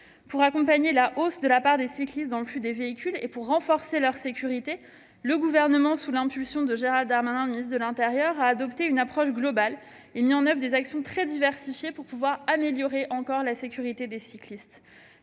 Pour accompagner la hausse de la part des cyclistes dans le flux des véhicules et pour renforcer leur sécurité, le Gouvernement, sous l'impulsion de Gérald Darmanin, ministre de l'intérieur, a adopté une approche globale et mis en oeuvre des actions très diversifiées pour améliorer encore la sécurité des cyclistes.